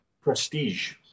prestige